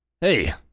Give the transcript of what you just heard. Hey